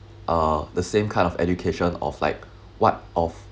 uh the same kind of education of like what of